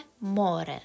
More